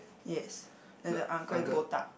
yes that the uncle botak